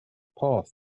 path